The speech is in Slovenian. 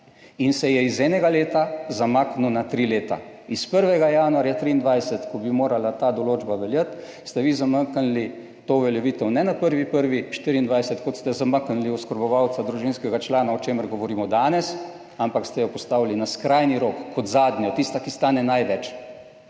in se je iz enega leta zamaknil na tri leta. Iz 1. januarja 23, ko bi morala ta določba veljati, ste vi zamaknili to uveljavitev ne na 1. 1. 2024, kot ste zamaknili oskrbovalca družinskega člana, o čemer govorimo danes, ampak ste jo postavili na skrajni rok, kot zadnjo, tista, ki stane največ,